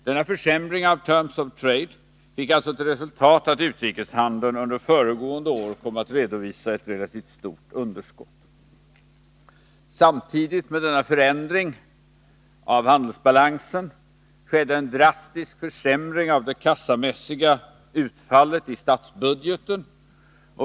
Denna försämring av terms of trade fick alltså till resultat att utrikeshandeln under föregående år kom att redovisa ett relativt stort underskott. Samtidigt med denna förändring av handelsbalansen skedde en drastisk försämring av det kassamässiga utfallet i statsbudgeten.